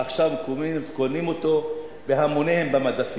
ועכשיו קונים אותם בהמוניהם מהמדפים.